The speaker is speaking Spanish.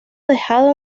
dejado